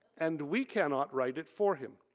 and we cannot write it for him.